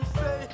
say